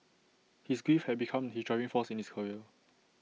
his grief had become his driving force in his career